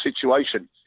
situation